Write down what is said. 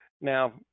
now